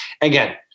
again